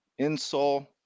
insole